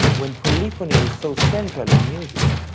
when polyphony was so central in music?